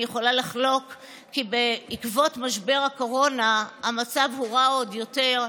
אני יכולה לחלוק כי בעקבות משבר הקורונה המצב הורע עוד יותר.